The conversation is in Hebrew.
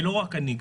ולא רק אני,